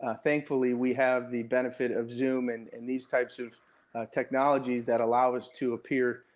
ah thankfully we have the benefit of zoom and and these types of technologies that allow us to appear,